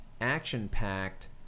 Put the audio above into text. action-packed